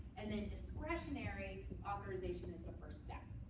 and then discretionary authorization is a first step.